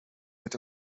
wird